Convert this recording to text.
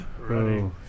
running